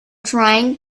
trying